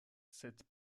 cette